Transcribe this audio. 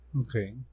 okay